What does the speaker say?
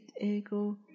ego